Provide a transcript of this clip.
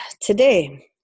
today